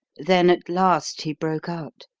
then at last he broke out.